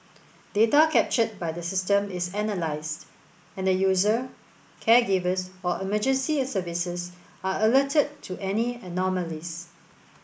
data captured by the system is analysed and the user caregivers or emergency services are alerted to any anomalies